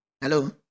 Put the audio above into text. Hello